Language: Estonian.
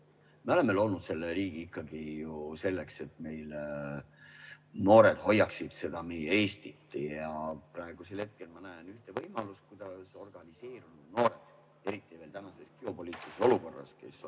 Me oleme loonud selle riigi ikkagi ju selleks, et noored hoiaksid seda meie Eestit. Ja praegusel hetkel ma näen ühte võimalust. Organiseerunud noored, kes eriti tänases geopoliitilises olukorras on meie